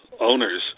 owners